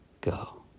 Go